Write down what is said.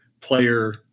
player